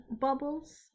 bubbles